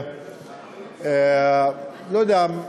לא יודע,